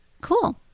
Cool